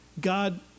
God